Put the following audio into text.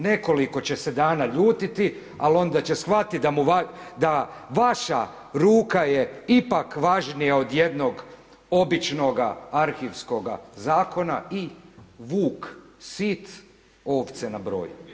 Nekoliko će se dana ljutiti, ali onda će shvatiti da vaša ruka je ipak važnija od jednog običnoga arhivskoga zakona i „vuk sit, ovce na broju“